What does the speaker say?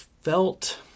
felt